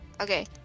okay